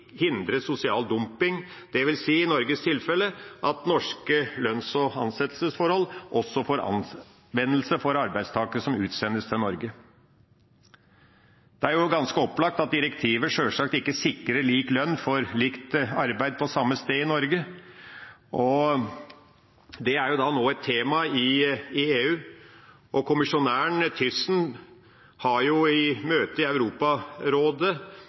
hindre sosial dumping, dvs. i Norges tilfelle at norske lønns- og ansettelsesforhold også får anvendelse for arbeidstakere som utsendes til Norge. Det er jo ganske opplagt at direktivet sjølsagt ikke sikrer lik lønn for likt arbeid på samme sted i Norge, og det er nå et tema i EU. Arbeidskommissæren, Thyssen, har i møte i